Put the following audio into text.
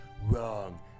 wrong